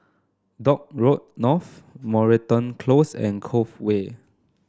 Dock Road North Moreton Close and Cove Way